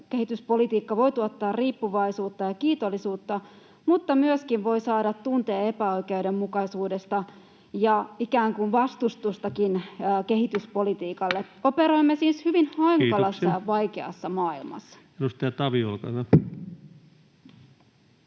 Kehityspolitiikka voi tuottaa riippuvaisuutta ja kiitollisuutta, mutta myöskin voi saada aikaan tunteen epäoikeudenmukaisuudesta ja ikään kuin vastustustakin kehityspolitiikalle. Operoimme siis hyvin hankalassa ja vaikeassa maailmassa. Kiitoksia. — Edustaja Tavio, olkaa hyvä.